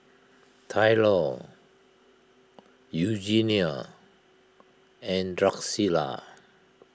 Tylor Eugenia and Drucilla